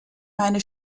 meine